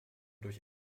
durch